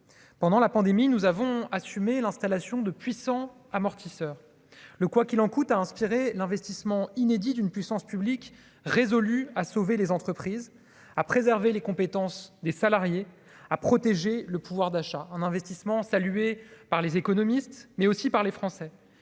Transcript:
pendant la pandémie nous avons assumé l'installation de puissant amortisseur le quoi qu'il en coûte, a inspiré l'investissement inédit d'une puissance publique résolus à sauver les entreprises à préserver les compétences des salariés à protéger le pouvoir d'achat en investissement saluée par les économistes mais aussi par les Français